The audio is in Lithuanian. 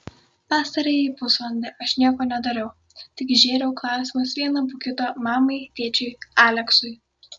pastarąjį pusvalandį aš nieko nedariau tik žėriau klausimus vieną po kito mamai tėčiui aleksui